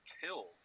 killed